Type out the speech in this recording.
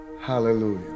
Hallelujah